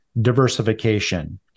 diversification